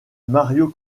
mario